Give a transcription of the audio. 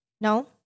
No